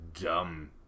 dumb